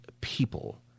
people